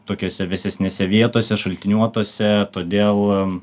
tokiose vėsesnėse vietose šaltiniuotose todėl